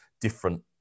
different